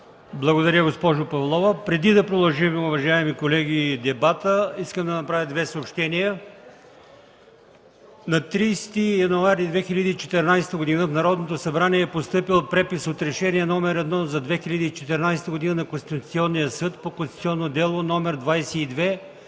Благодаря, госпожо Павлова. Уважаеми колеги, преди да продължим дебата, искам да направя две съобщения: На 30 януари 2014 г. в Народното събрание е постъпил препис от Решение № 1 за 2014 г. на Конституционния съд по Конституционно дело № 22